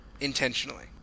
intentionally